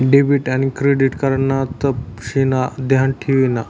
debit आन credit card ना तपशिनी ध्यान ठेवानी